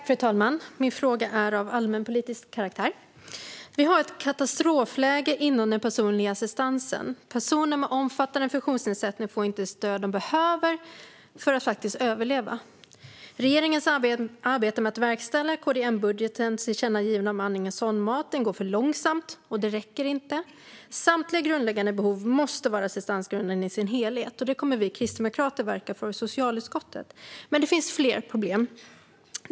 Fru talman! Min fråga är av allmänpolitisk karaktär. Vi har ett katastrofläge inom den personliga assistansen. Personer med omfattande funktionsnedsättning får inte det stöd de behöver för att faktiskt överleva. Regeringens arbete med att verkställa KD-M-budgetens tillkännagivande om andning och sondmatning går för långsamt, och det räcker inte. Samtliga grundläggande behov måste vara assistansgrundande i sin helhet, och det kommer vi kristdemokrater att verka för i socialutskottet. Det finns dock fler problem.